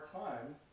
times